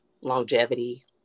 longevity